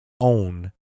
own